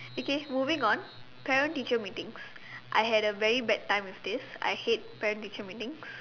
okay moving on parent teacher meetings I had a very bad time with this I hate parent teacher meetings